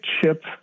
chip